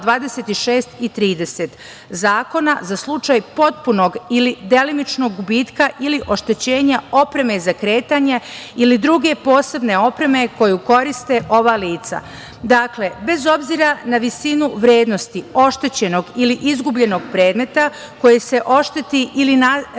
26. i 30. Zakona, za slučaj potpunog ili delimičnog gubitka ili oštećenja opreme za kretanje ili druge posebne opreme, koju koriste ova lica. Dakle, bez obzira na visinu vrednosti oštećenog ili izgubljenog predmeta koje se ošteti ili nestane